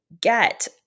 get